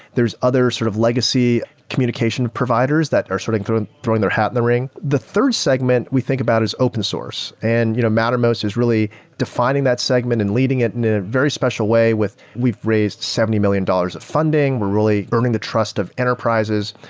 there's other sort of legacy communication providers that are sort of throwing throwing their hat in the ring. the third segment we think about is open source, and you know mattermost is really defining that segment and leading it in a very special way with we've raised seventy million dollars of funding. we're really earning the trust of enterprises.